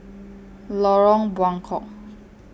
Lorong Buangkok